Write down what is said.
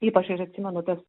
taip aš ir atsimenu tas